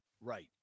Right